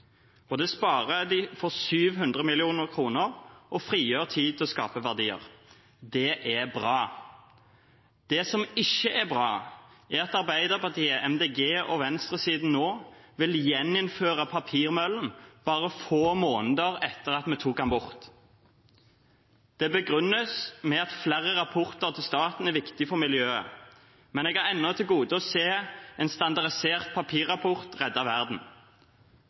Det sparer dem for 700 mill. kr og frigjør tid til å skape verdier. Det er bra. Det som ikke er bra, er at Arbeiderpartiet, Miljøpartiet De Grønne og venstresiden nå vil gjeninnføre papirmøllen, bare få måneder etter at vi tok den bort. Det begrunnes med at flere rapporter til staten er viktig for miljøet. Men jeg har ennå til gode å se en standardisert papirrapport redde verden.